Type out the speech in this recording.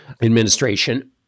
administration